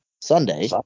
Sunday